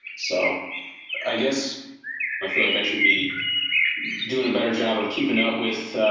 so i guess i feel like i should be doing a better job of keeping up with